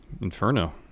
Inferno